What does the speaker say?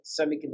semiconductor